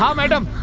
um madam,